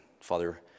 Father